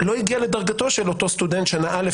לא הגיע לדרגתו של אותו סטודנט שנה א',